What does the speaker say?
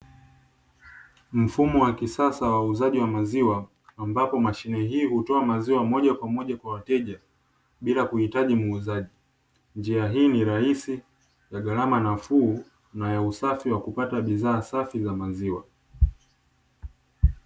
Mfumo wa kisasa wa uuzaji wa maziwa ambapo mashine hii hutoa maziwa moja kwa moja kwa wateja bila kuhitaji muuzaji, njia hii ni rahisi na gharama nafuu na ya usafi wa kupata bidhaa safi za maziwa.